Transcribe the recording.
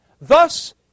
Thus